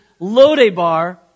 Lodebar